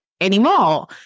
anymore